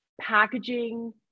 packaging